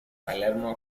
palermo